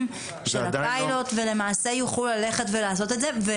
של הפיילוט ויוכלו ללכת ולעשות את זה.